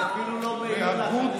אני אפילו לא מעיר לך,